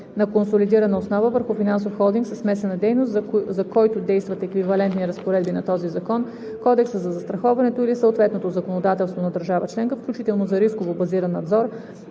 на консолидирана основа върху финансов холдинг със смесена дейност, за който действат еквивалентни разпоредби на този закон, Кодекса за застраховането или съответното законодателство на държава членка, включително за рисково базиран надзор,